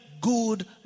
good